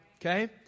Okay